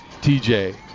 TJ